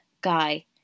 guy